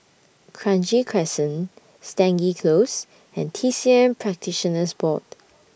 Kranji Crescent Stangee Close and T C M Practitioners Board